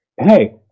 hey